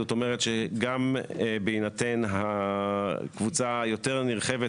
זאת אומרת שגם בהינתן הקבוצה היותר נרחבת